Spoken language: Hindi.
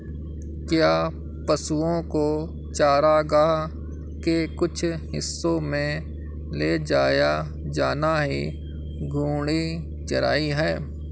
क्या पशुओं को चारागाह के कुछ हिस्सों में ले जाया जाना ही घूर्णी चराई है?